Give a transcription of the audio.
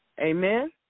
Amen